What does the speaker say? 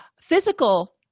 physical